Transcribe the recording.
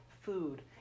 food